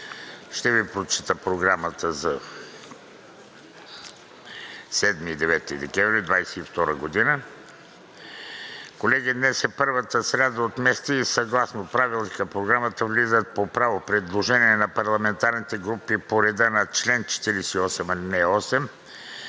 Ще Ви прочета Програмата за 7 – 9 декември 2022 г. Колеги, днес е първата сряда от месеца и съгласно Правилника в Програмата влизат по право предложения на парламентарните групи по реда на чл. 48,